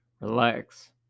relax